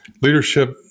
leadership